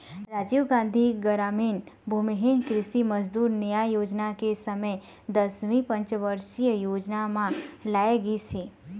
राजीव गांधी गरामीन भूमिहीन कृषि मजदूर न्याय योजना के समे दसवीं पंचवरसीय योजना म लाए गिस हे